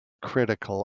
critical